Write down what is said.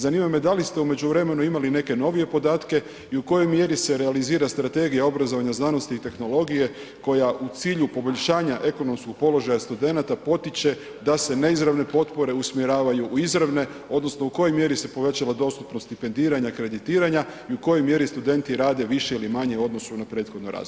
Zanima me da li ste u međuvremenu imali neke novije podatke i u kojoj mjeri se realizira strategija obrazovanja, znanosti i tehnologije koja u cilju poboljšanja ekonomskog položaja studenata potiče da se neizravne potpore usmjeravaju u izravne odnosno u kojoj mjeri se povećala dostupnost stipendiranja, kreditiranja i u kojoj mjeri studenti rade više ili manje u odnosu na prethodno razdoblje?